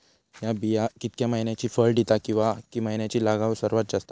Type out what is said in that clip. हया बिया कितक्या मैन्यानी फळ दिता कीवा की मैन्यानी लागाक सर्वात जाता?